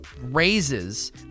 Raises